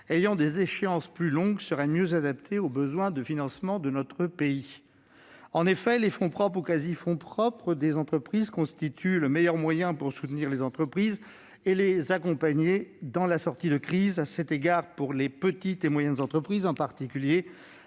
à échéance plus longue seraient plus adaptés aux besoins de financement de notre pays. En effet, les fonds propres ou quasi-fonds propres des entreprises constituent le meilleur moyen pour soutenir les entreprises et les accompagner dans la sortie de crise. À cet égard, un appui à l'échelon régional peut constituer